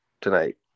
tonight